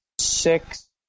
six